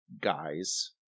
guys